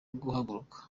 guhaguruka